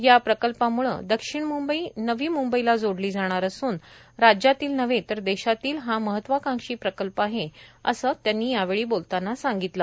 या प्रकल्पामुळे दक्षिण मुंबई नवी मुंबईला जोडली जाणार असून राज्यातील नव्हे तर देशातील हा महत्वाकांक्षी प्रकल्प आहे असेही त्यांनी यावेळी सांगितले